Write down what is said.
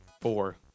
four